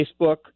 Facebook